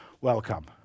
Welcome